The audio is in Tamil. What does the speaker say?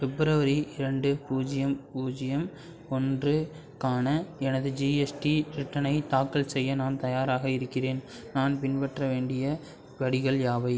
ஃபிப்ரவரி இரண்டு பூஜ்ஜியம் பூஜ்ஜியம் ஒன்று க்கான எனது ஜிஎஸ்டி ரிட்டர்னை தாக்கல் செய்ய நான் தயாராக இருக்கின்றேன் நான் பின்பற்ற வேண்டிய படிகள் யாவை